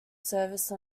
service